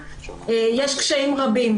יש קשיים רבים.